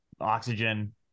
oxygen